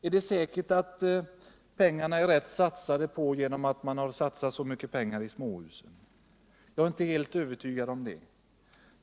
Är det säkert att pengarna är rätt satsade genom att man har satsat så mycket på småhus? Jag är inte helt övertygad om det.